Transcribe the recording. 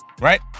right